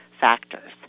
factors